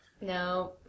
no